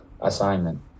assignment